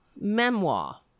memoir